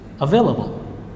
available